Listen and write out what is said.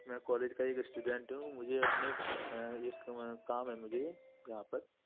मैं कॉलेज का एक स्टूडेन्ट हूँ मुझे अपने काम है मुझे यहाँ पर